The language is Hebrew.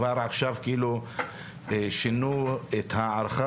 כבר עכשיו שינו את ההערכה,